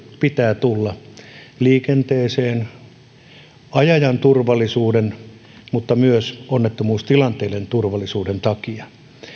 pitää tulla liikenteeseen ajajan turvallisuuden mutta myös onnettomuustilanteiden turvallisuuden takia